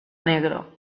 negro